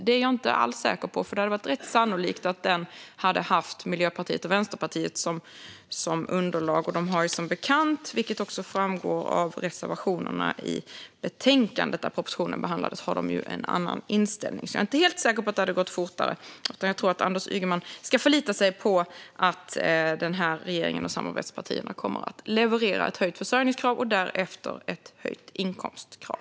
Det är jag inte alls säker på. Det hade varit rätt sannolikt att den hade haft Miljöpartiet och Vänsterpartiet som underlag. De har som bekant en annan inställning, vilket också framgår av reservationerna i betänkandet där propositionen behandlades. Jag är inte helt säker på att det hade gått fortare. Jag tror att Anders Ygeman ska förlita sig på att regeringen och samarbetspartierna kommer att leverera ett höjt försörjningskrav och därefter ett höjt inkomstkrav.